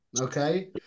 okay